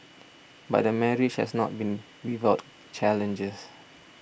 but the marriage has not been without challenges